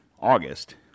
August